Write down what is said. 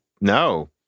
no